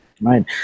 Right